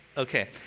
Okay